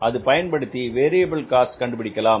அது பயன்படுத்தி variable cost கண்டுபிடிக்கலாம்